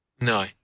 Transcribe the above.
No